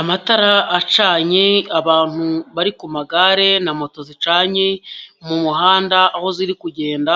Amatara acanye, abantu bari ku magare na moto zicanye mu muhanda aho ziri kugenda,